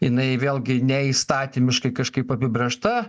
jinai vėlgi ne įstatymiškai kažkaip apibrėžta